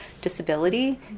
disability